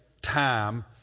time